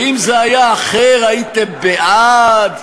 שאם זה היה אחר הייתם בעד,